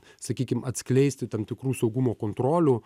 sakykim atskleisti tam tikrų saugumo kontrolių